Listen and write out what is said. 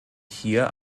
hier